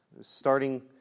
starting